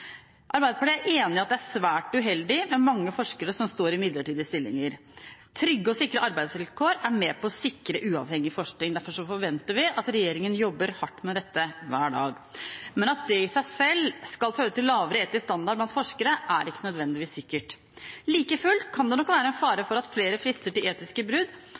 Arbeiderpartiet er enig i at det er svært uheldig med mange forskere som står i midlertidige stillinger. Trygge og sikre arbeidsvilkår er med på å sikre uavhengig forskning, og derfor forventer vi at regjeringen jobber hardt med dette hver dag. Men at midlertidige stillinger i seg selv skal føre til lavere etisk standard blant forskere, er ikke nødvendigvis sikkert. Like fullt kunne det nok være en fare for at flere ble fristet til etiske brudd